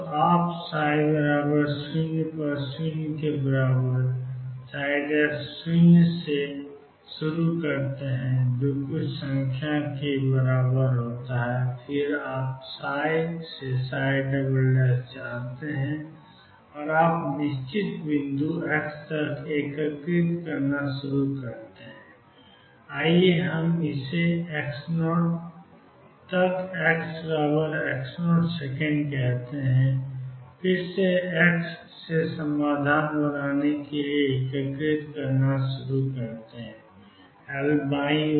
तो आप 00 0से शुरू करते हैं जो कुछ संख्या के बराबर होता है और फिर आप से जानते हैं और आप निश्चित बिंदु x तक एकीकृत करना शुरू करते हैं आइए हम इसे x0 तक xx0 सेकेंड कहते हैं फिर से एक्स से समाधान बनाने के लिए एकीकृत करना शुरू करें एल बाईं ओर